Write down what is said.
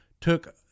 took